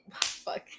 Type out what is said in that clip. fuck